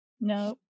No